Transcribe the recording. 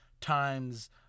times